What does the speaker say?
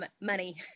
Money